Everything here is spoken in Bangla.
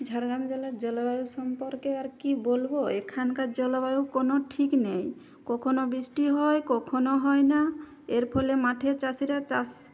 ঝাড়গ্রাম জেলার জলবায়ু সম্পর্কে আর কি বলবো এখানকার জলবায়ু কোনো ঠিক নেই কখনো বৃষ্টি হয় কখনো হয় না এর ফলে মাঠে চাষিরা চাষ